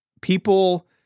people